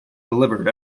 delivered